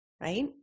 right